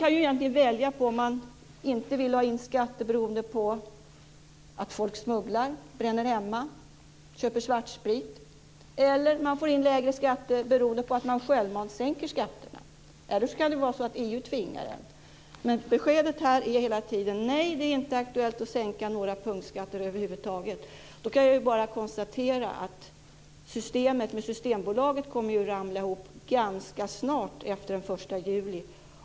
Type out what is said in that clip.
Man kan egentligen välja på att inte få in skatter beroende på att folk smugglar, bränner hemma, köper svartsprit eller på att få in lägre skatter beroende på att man självmant sänker skatterna. Det kan också vara så att EU tvingar oss att göra det. Men beskedet här är hela tiden: Nej, det är inte aktuellt att sänka några punktskatter över huvud taget. Då kan jag bara konstatera att systemet med Systembolaget kommer att ramla ihop ganska snart efter den 1 juli.